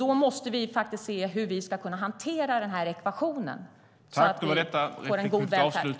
Vi måste se hur vi ska kunna hantera den ekvationen för att få en god välfärd.